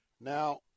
Now